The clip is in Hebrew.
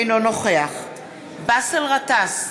אינו נוכח באסל גטאס,